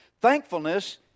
Thankfulness